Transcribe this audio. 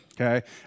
okay